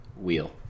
wheel